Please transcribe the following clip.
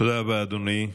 תודה רבה, אדוני.